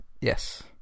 Yes